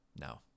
No